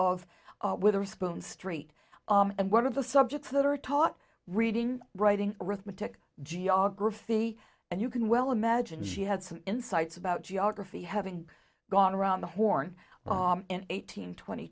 witherspoon street and one of the subjects that are taught reading writing arithmetic geography and you can well imagine she had some insights about geography having gone around the horn in eighteen twenty